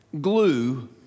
glue